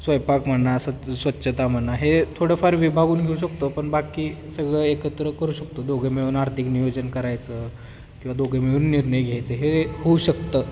स्वयंपाक म्हणा स्वच स्वच्छता म्हणा हे थोडंफार विभागून घेऊ शकतं पण बाकी सगळं एकत्र करू शकतो दोघे मिळून आर्थिक नियोजन करायचं किंवा दोघे मिळून निर्णय घ्यायचं हे होऊ शकतं